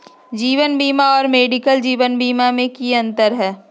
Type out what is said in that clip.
जीवन बीमा और मेडिकल जीवन बीमा में की अंतर है?